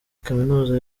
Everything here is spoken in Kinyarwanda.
kaminuza